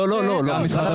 לא, לא.